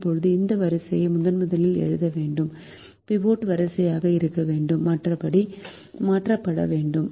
இப்போது இந்த வரிசையை முதலில் எழுத வேண்டும் பிவோட் வரிசையாக இருக்க வேண்டும் மாற்றப்பட வேண்டும்